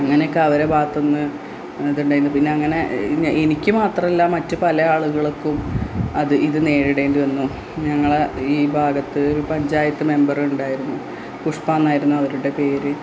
അങ്ങനെയൊക്കെ അവരുടെ ഭാഗത്തു നിന്ന് ഇതുണ്ടായിരുന്നു പിന്നങ്ങനെ എനിക്ക് മാത്രമല്ല മറ്റ് പല ആളുകൾക്കും അത് ഇത് നേരിടേണ്ടി വന്നു ഇതു ഞങ്ങളുടെ ഈ ഭാഗത്ത് ഒരു പഞ്ചായത്ത് മെമ്പറുണ്ടായിരുന്നു പുഷ്പ എന്നായിരുന്നു അവരുടെ പേര്